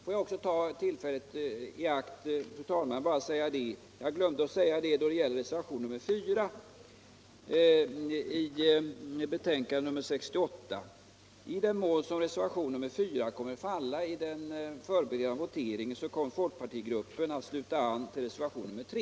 Får jag också ta tillfället i akt, fru talman, att påpeka det jag glömde då det gällde reservationen 4 i betänkandet nr 68. I den mån reservationen 4 faller vid den förberedande voteringen kommer folkpartigruppen att sluta an till reservationen 3.